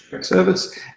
service